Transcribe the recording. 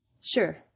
sure